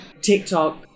TikTok